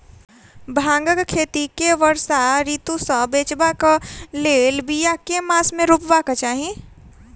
भांगक खेती केँ वर्षा ऋतु सऽ बचेबाक कऽ लेल, बिया केँ मास मे रोपबाक चाहि?